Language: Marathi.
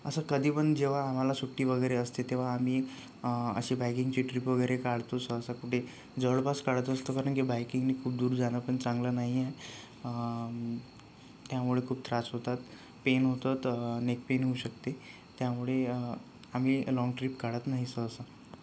असं कधी पण जेव्हा आम्हाला सुट्टी वगैरे असते तेव्हा आम्ही अशी बाईकिंगची ट्रीप वगैरे काढतो सहसा कुठे जवळपास काढत असतो कारण कि बाईकिंगने खूप दूर जाणं पण चांगलं नाहीये त्यामुळे खूप त्रास होतात पेन होतात नेक पेन होऊ शकते त्यामुळे आम्ही लॉन्ग ट्रीप काढत नाही सहसा